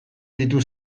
ditut